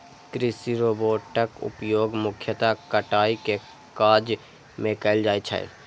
कृषि रोबोटक उपयोग मुख्यतः कटाइ के काज मे कैल जाइ छै